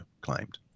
claimed